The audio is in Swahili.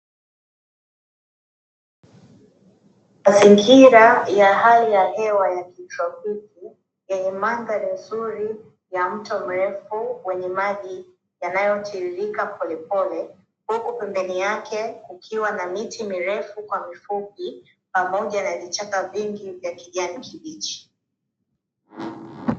Mazingira ya hali ya hewa ya kitropiki yenye mandhari nzuri ya mto mrefu wenye maji yanayotiririka polepole, huku pembeni yake kukiwa na miti mirefu kwa mifupi pamoja na vichaka vingi vya kijani kibichi.